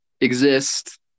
exist